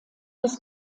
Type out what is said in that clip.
des